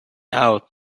out